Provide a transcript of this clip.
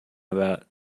about